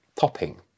topping